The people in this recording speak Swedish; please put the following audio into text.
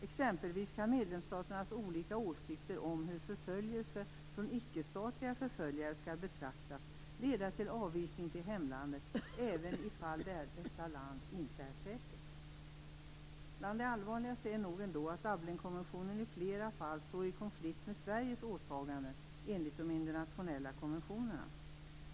Exempelvis kan medlemsstaternas olika åsikter om hur förföljelse från icke-statliga förföljare skall betraktas leda till avvisning till hemlandet även i fall där detta land inte är säkert. Bland det allvarligaste är nog ändå att Dublinkonventionen i flera fall står i konflikt med Sveriges åtaganden enligt internationella konventioner.